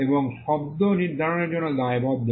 এবং শব্দ নির্ধারণের জন্য দায়বদ্ধ